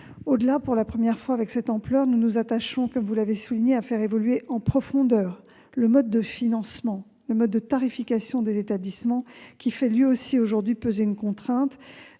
et pour la première fois avec une telle ampleur, nous nous attachons, comme vous l'avez souligné, à faire évoluer en profondeur le mode de financement, le mode de tarification des établissements, qui fait lui aussi peser une contrainte.